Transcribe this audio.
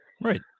Right